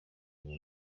moto